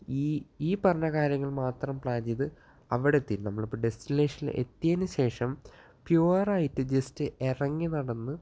ഈ ഈ പറഞ്ഞ കാര്യങ്ങള് മാത്രം പ്ലാന് ചെയ്ത് അവിടെ എത്തി ഇപ്പോൾ നമ്മള് ഡെസ്റ്റിനേഷനിൽ എത്തിയതിന് ശേഷം പ്യുവറായിട്ട് ജസ്റ്റ് ഇറങ്ങി നടന്ന്